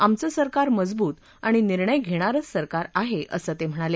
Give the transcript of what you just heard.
आमचं सरकार मजवूत आणि निर्णय घेणारं सरकार आहे असं ते म्हणाले